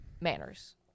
manners